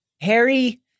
Harry